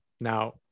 Now